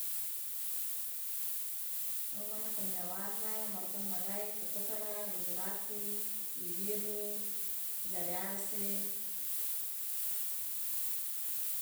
Ngom mane nako mia warna maruka mi magae itotokara gugurati bibiru jarearese.